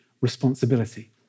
responsibility